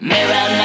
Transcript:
Mirror